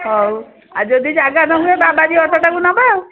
ହଉ ଆଉ ଯଦି ଜାଗା ନ ହୁଏ ବାବାଜୀ ଅଟୋଟାକୁ ନବା ଆଉ